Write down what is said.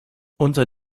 unter